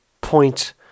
point